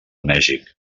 mèxic